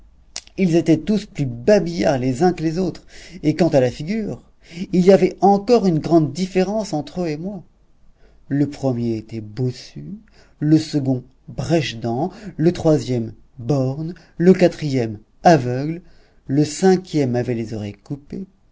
ils étaient tous plus babillards les uns que les autres et quant à la figure il y avait encore une grande différence entre eux et moi le premier était bossu le second brèche dent le troisième borgne le quatrième aveugle le cinquième avait les oreilles coupées